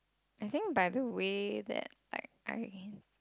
I think by the way that I I